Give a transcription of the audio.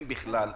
אם בכלל,